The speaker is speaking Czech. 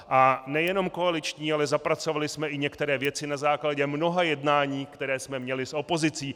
A nejenom koaliční, ale zapracovali jsme i některé věci na základě mnoha jednání, která jsme měli s opozicí.